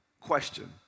Question